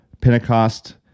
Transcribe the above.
Pentecost